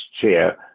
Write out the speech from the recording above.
chair